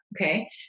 okay